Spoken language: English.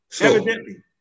Evidently